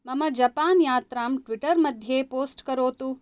मम जपान् यात्रां ट्विटर् मध्ये पोस्ट् करोतु